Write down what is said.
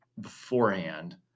beforehand